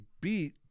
beat